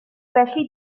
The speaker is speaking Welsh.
felly